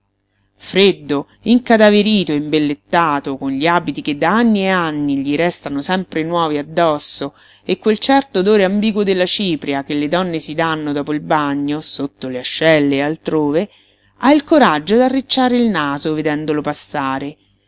disarma freddo incadaverito e imbellettato con gli abiti che da anni e anni gli restano sempre nuovi addosso e quel certo odore ambiguo della cipria che le donne si dànno dopo il bagno sotto le ascelle e altrove ha il coraggio d'arricciare il naso vedendolo passare